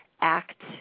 act